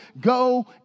go